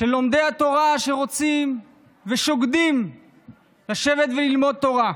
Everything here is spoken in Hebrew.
של לומדי התורה, שרוצים ושוקדים לשבת וללמוד תורה,